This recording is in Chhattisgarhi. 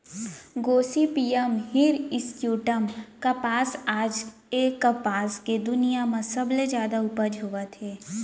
गोसिपीयम हिरस्यूटॅम कपसा आज ए कपसा के दुनिया म सबले जादा उपज होवत हे